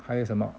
还有什么